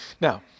Now